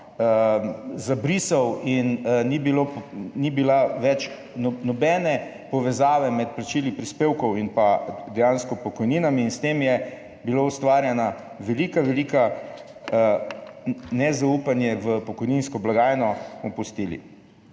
zabrisal in ni bilo več nobene povezave med plačili prispevkov in pa dejansko pokojninami. S tem je bilo ustvarjeno veliko veliko nezaupanje v pokojninsko blagajno.